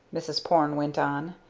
mrs. porne went on.